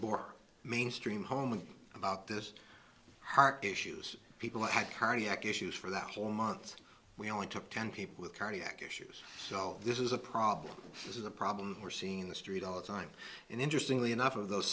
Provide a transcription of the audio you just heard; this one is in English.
boring mainstream home about this heart issues people had cardiac issues for that whole month we only took ten people with cardiac issues so this is a problem this is a problem we're seeing the street all the time and interestingly enough of those